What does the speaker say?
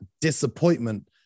disappointment